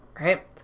right